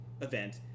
event